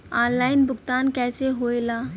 Online भुगतान कैसे होए ला?